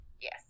Yes